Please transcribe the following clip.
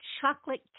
Chocolate